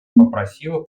попросила